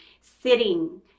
sitting